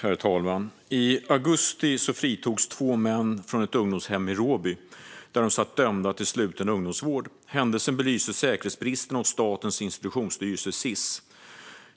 Herr talman! I augusti fritogs två män från ett ungdomshem i Råby, där de satt dömda till sluten ungdomsvård. Händelsen belyste säkerhetsbristerna hos Statens institutionsstyrelse, Sis.